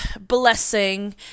blessing